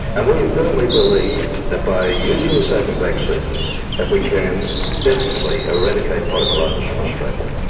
and we firmly believe that by using the sabin vaccine that we can definitely eradicate poliomyelitis from australia.